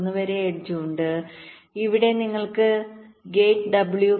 1 വരെ എഡ്ജ് ഉണ്ട് ഇവിടെ നിങ്ങൾക്ക് ഗേറ്റ് ഡബ്ല്യു